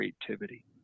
creativity